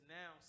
now